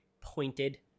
pointed